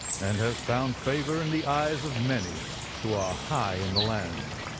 and has found favour in the eyes of many who are high in the land.